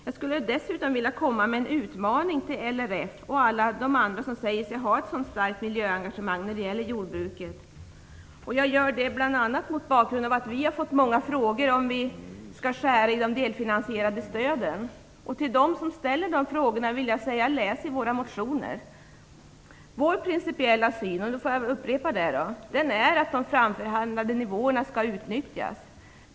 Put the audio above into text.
Jag skulle dessutom vilja utmana LRF och alla de andra som säger sig ha ett starkt miljöengagemang när det gäller jordbruket. Jag gör det bl.a. mot bakgrund att vi har fått många frågor om det skall beskäras i de delfinansierade stöden. Till dem som ställer de frågorna säger jag: "Läs våra motioner." Jag upprepar att Vänsterpartiets principiella syn är att de framförhandlade nivåerna skall utnyttjas.